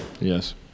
Yes